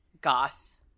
goth